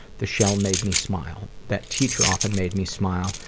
the shell made me smile. that teacher often made me smile,